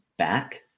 Back